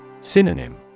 Synonym